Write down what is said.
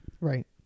Right